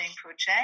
project